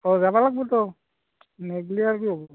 অঁ যাব লাগিবতো নগ'লে আৰু কি হ'ব